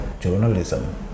journalism